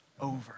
over